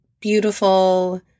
beautiful